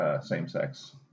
same-sex